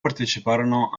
parteciparono